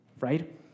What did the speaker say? right